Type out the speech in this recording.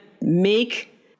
make